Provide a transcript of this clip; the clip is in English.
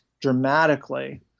dramatically